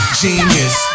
genius